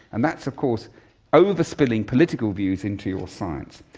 and that is of course over-spilling political views into your science.